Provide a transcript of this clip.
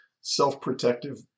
self-protective